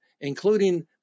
including